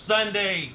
Sunday